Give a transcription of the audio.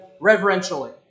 reverentially